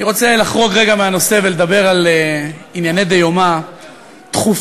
אני רוצה לחרוג רגע מהנושא ולדבר על ענייני דיומא דחופים.